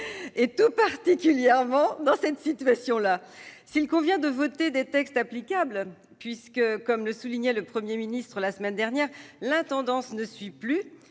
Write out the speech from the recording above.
tout particulièrement dans cette situation. S'il convient de voter des textes applicables, puisque, comme le soulignait le Premier ministre la semaine dernière, l'intendance ne suit plus,